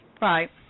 Right